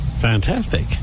Fantastic